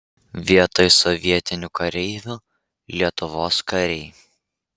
vietoj sovietinių kareivių lietuvos kariai